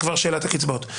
זאת כבר שאלת הקצבאות.